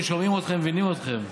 שומעים אתכם ומבינים אתכם,